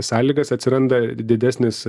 sąlygas atsiranda di didesnis